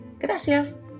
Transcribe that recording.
Gracias